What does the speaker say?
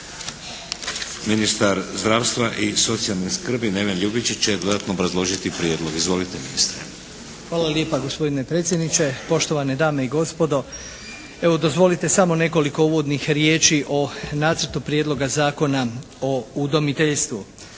Ministar zdravstva i socijalne skrbi Neven LJubičić će dodatno obrazložiti prijedlog. Izvolite ministre. **Ljubičić, Neven (HDZ)** Hvala lijepa gospodine predsjedniče. Poštovane dame i gospodo. Evo dozvolite samo nekoliko uvodnih riječi o Nacrtu prijedloga zakona o udomiteljstvu.